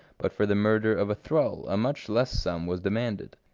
but for the murder of a thrall a much less sum was demanded.